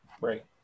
right